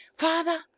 Father